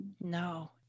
No